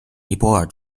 尼泊尔